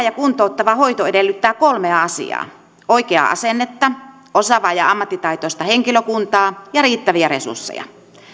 ja kuntouttava hoito edellyttää kolmea asiaa oikeaa asennetta osaavaa ja ammattitaitoista henkilökuntaa ja riittäviä resursseja